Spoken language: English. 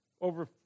over